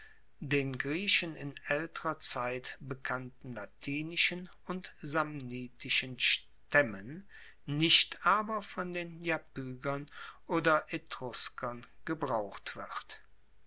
den griechen in aelterer zeit bekannten latinischen und samnitischen stmmen nicht aber von iapygern oder etruskern gebraucht wird